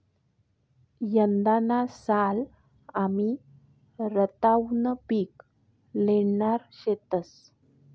यंदाना साल आमी रताउनं पिक ल्हेणार शेतंस